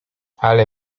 ale